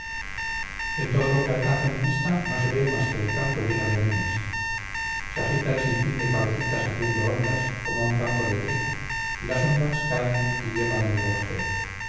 en todo lo que alcanza mi vista no se ve más que el campo lleno de nenes se agita el sin fin de cabecitas haciendo ondas como un campo de trigo y las ondas traen y llevan el gorjeo